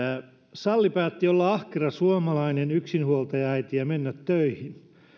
salli päätti olla ahkera suomalainen yksinhuoltajaäiti ja mennä töihin